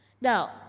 Now